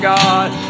God